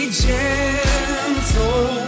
gentle